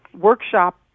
workshop